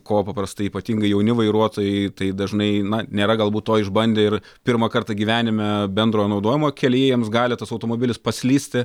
ko paprastai ypatingai jauni vairuotojai tai dažnai na nėra galbūt to išbandę ir pirmą kartą gyvenime bendrojo naudojimo kelyje jiems gali tas automobilis paslysti